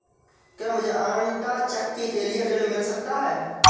क्या मूझे आंटा चक्की के लिए ऋण मिल सकता है?